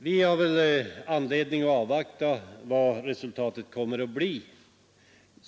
Vi har väl anledning att avvakta utvecklingen.